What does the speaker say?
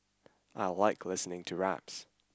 I like listening to raps